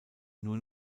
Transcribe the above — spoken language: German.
nur